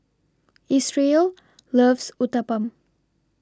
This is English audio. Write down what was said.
Isreal loves Uthapam